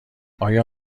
آیا